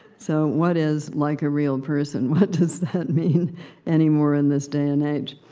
so, what is, like a real person? what does that mean anymore in this day and age?